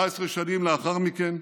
17 שנים לאחר מכן,